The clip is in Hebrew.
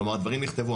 כלומר הדברים נכתבו,